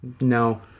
No